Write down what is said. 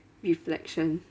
reflection